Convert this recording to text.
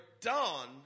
done